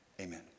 Amen